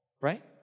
Right